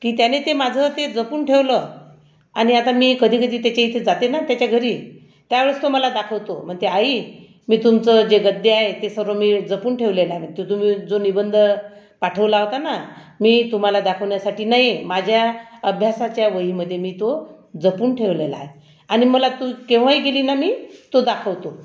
की त्याने ते माझं ते जपून ठेवलं आणि आता मी कधी कधी त्याच्या इथं जाते ना त्याच्या घरी त्यावेळेस तो मला दाखवतो म्हणते आई मी तुमचं जे गद्य आहे ते सर्व मी जपून ठेवलेलं आहे म्हणतो ते तुम्ही जो निबंध पाठवला होता ना मी तुम्हाला दाखवण्यासाठी नाही माझ्या अभ्यासाच्या वहीमध्ये मी तो जपून ठेवलेला आहे आणि मला तो केव्हाही गेली ना मी तो दाखवतो